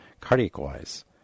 cardiac-wise